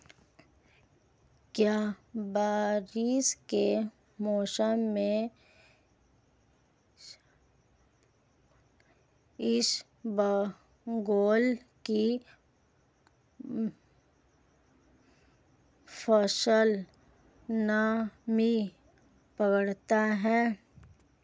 क्या बरसात के मौसम में इसबगोल की फसल नमी पकड़ती है?